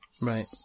Right